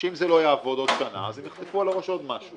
- שאם זה לא יעבוד עוד שנה אז הם יחטפו על הראש עוד משהו.